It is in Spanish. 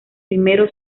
primero